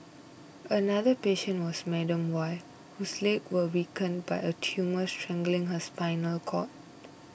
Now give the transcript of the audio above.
another patient was Madam Y whose legs were weakened by a tumour strangling her spinal cord